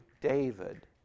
David